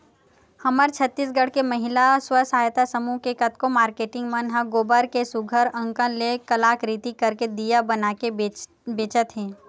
हमर छत्तीसगढ़ के महिला स्व सहयता समूह के कतको मारकेटिंग मन ह गोबर के सुग्घर अंकन ले कलाकृति करके दिया बनाके बेंचत हे